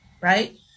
right